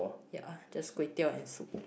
ya just kway-teow and soup